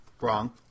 Wrong